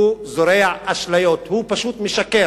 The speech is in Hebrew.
הוא זורע אשליות, הוא פשוט משקר.